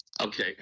Okay